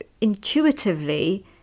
intuitively